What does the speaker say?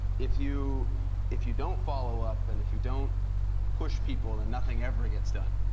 if you if you don't follow up, and if you don't push people, then nothing ever gets done.